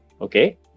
okay